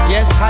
Yes